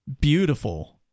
beautiful